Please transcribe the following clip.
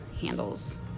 handles